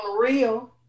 real